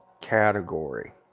Category